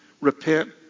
Repent